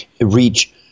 reach